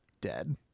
dead